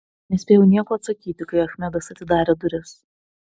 nespėjau nieko atsakyti kai achmedas atidarė duris